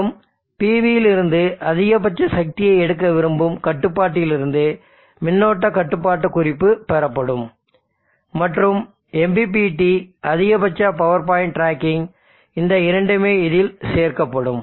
மேலும் PVயில் இருந்து அதிகபட்ச சக்தியை எடுக்க விரும்பும் கட்டுப்பாட்டிலிருந்து மின்னோட்ட கட்டுப்பாட்டு குறிப்பு பெறப்படும் மற்றும் MPPT அதிகபட்ச பவர் பாயிண்ட் டிராக்கிங் இந்த இரண்டுமே இதில் சேர்க்கப்படும்